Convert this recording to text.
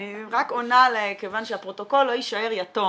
אני רק עונה כיוון שהפרוטוקול לא יישאר יתום